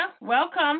Welcome